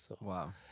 Wow